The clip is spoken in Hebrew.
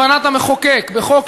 הכנסת.